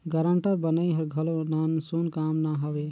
guarantor बनई हर घलो नानसुन काम ना हवे